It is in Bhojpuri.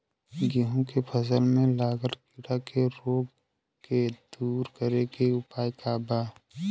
गेहूँ के फसल में लागल कीड़ा के रोग के दूर करे के उपाय का बा?